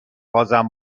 بازم